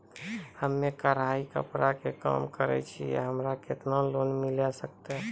हम्मे कढ़ाई कपड़ा के काम करे छियै, हमरा केतना लोन मिले सकते?